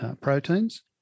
proteins